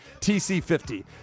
TC50